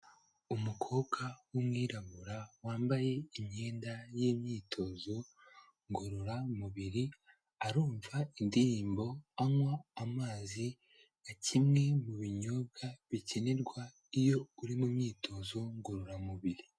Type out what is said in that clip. Umukobwa w'umwirabura wambaye imyenda y'imyitozo ngororamubiri, arumva indirimbo anywa amazi nka kimwe mu binyobwa bikenerwa iyo uri mu myitozo ngororamubiri.